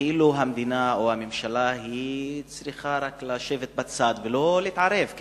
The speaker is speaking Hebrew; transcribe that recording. המדינה או הממשלה כאילו צריכה רק לשבת בצד ולא להתערב,